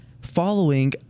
following